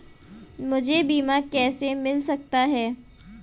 मुझे बीमा कैसे मिल सकता है?